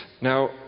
now